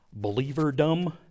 believerdom